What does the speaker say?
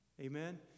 Amen